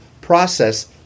process